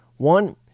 One